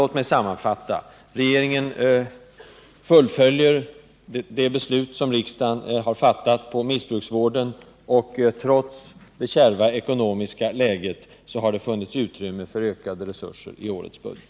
Låt mig sammanfatta: Regeringen fullföljer de beslut som riksdagen har fattat i fråga om missbruksvården. Trots det kärva ekonomiska läget har det funnits utrymme för ökade resurser i årets budget.